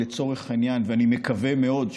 אני מקווה מאוד,